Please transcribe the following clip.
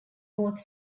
both